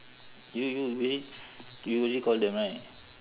you you already you already call them right